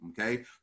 Okay